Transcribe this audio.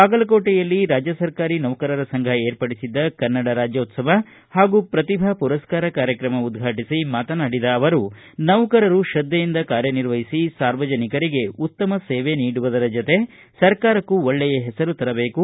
ಬಾಗಲಕೋಟೆಯಲ್ಲಿ ರಾಜ್ಯ ಸರ್ಕಾರಿ ನೌಕರರ ಸಂಘ ಏರ್ಪಡಿಸಿದ್ದ ಕನ್ನಡ ರಾಜ್ಣೋತ್ಸವ ಹಾಗೂ ಪ್ರತಿಭಾ ಪುರಸ್ಕಾರ ಕಾರ್ಯಕ್ರಮ ಉದ್ಘಾಟಿಸಿ ಮಾತನಾಡಿದ ಅವರು ನೌಕರರು ತ್ರದ್ಧೆಯಿಂದ ಕಾರ್ಯನಿರ್ವಹಿಸಿ ಸಾರ್ವಜನಿಕರಿಗೆ ಉತ್ತಮ ಸೇವೆ ನೀಡುವುದರ ಜತೆ ಸರ್ಕಾರಕ್ಕೂ ಒಳ್ಳೆಯ ಹೆಸರು ತರಬೇಕು